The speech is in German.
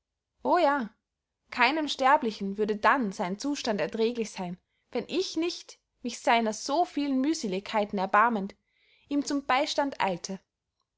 o ja keinem sterblichen würde dann sein zustand erträglich seyn wenn ich nicht mich seiner so vielen mühseligkeiten erbarmend ihm zum beystand eilte